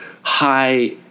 high